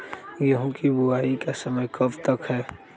गेंहू की बुवाई का समय कब तक है?